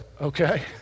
okay